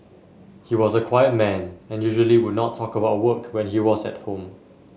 he was a quiet man and usually would not talk about work when he was at home